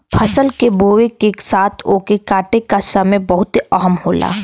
फसल के बोए के साथ ओके काटे का समय बहुते अहम होला